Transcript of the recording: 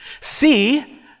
See